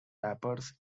rappers